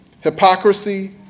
Hypocrisy